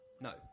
No